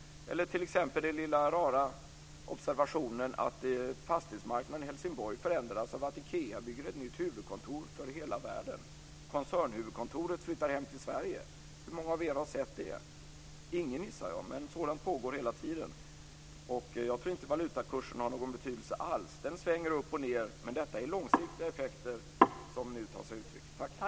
Så har vi t.ex. den lilla rara observationen att fastighetsmarknaden i Helsingborg förändras av att Ikea bygger ett nytt huvudkontor för hela världen. Koncernhuvudkontoret flyttar hem till Sverige. Hur många av er har sett det? Ingen, gissar jag. Men sådant pågår hela tiden. Jag tror inte att valutakurserna har någon betydelse alls. De svänger upp och ned. Detta är långsiktiga effekter som nu tar sig uttryck.